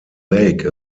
lake